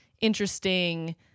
interesting